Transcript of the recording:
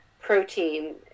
protein